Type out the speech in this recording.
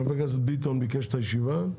חבר הכנסת ביטון ביקש את הישיבה,